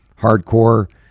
hardcore